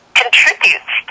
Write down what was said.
contributes